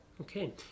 Okay